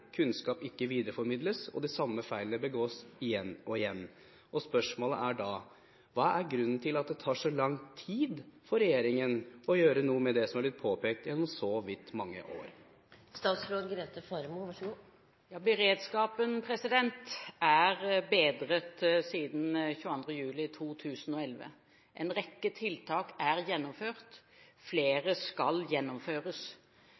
kunnskap videreformidles ikke og de samme feilene begås igjen og igjen. Spørsmålet er da: Hva er grunnen til at det tar så lang tid for regjeringen å gjøre noe med det som har blitt påpekt gjennom så mange år? Beredskapen er bedret siden 22. juli 2011. En rekke tiltak er gjennomført,